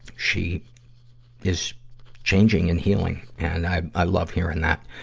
she is changing and healing. and i, i love hearing that.